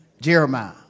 Jeremiah